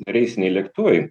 reisiniai lėktuvai